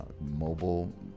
mobile